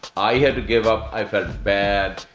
i had to give up. i felt bad.